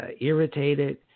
irritated